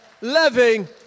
living